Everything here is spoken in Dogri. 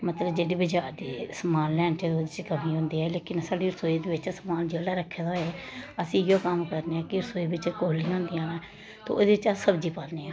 मतलब जेह्दे बिच्च समान लैन च करनी होंदी ऐ लेकिन साढ़ी रसोई दे बिच्च समान जेह्ड़ा रक्खे दा होऐ असें इयो कम्म करने आं कि रसोई बिच्च कोलियां होदियां न ते ओह्दे बिच्च अस सब्जी पान्ने आं